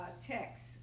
text